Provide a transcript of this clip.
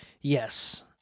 yes